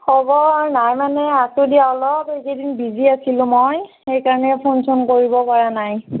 খবৰ নাই মানে আছোঁ দিয়া অলপ এইকেইদিন বিজি আছিলোঁ মই সেই কাৰণে ফোন চোন কৰিব পৰা নাই